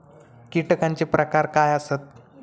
कीटकांचे प्रकार काय आसत?